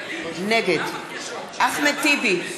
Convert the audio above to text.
נגד אחמד טיבי,